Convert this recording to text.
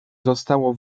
zostało